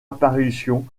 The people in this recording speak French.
apparition